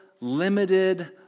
limited